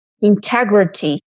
integrity